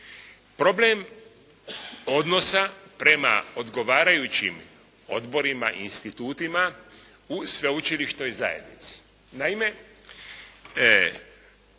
Problem odnosa prema odgovarajućim odborima i institutima u sveučilišnoj zajednici.